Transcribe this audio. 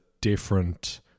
different